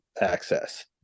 access